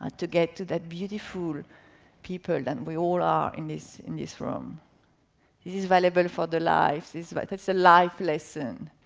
ah to get to that beautiful people that we all are in this in this room. this is valuable for the lives, but it's a life lesson.